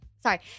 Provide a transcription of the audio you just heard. sorry